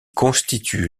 constitue